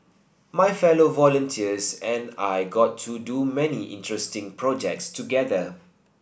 my fellow volunteers and I got to do many interesting projects together